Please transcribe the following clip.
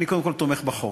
אני קודם כול תומך בחוק,